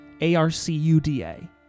A-R-C-U-D-A